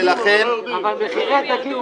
--- אבל מחירי הדגים לא ירדו.